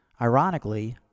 Ironically